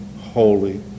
holy